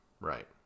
Right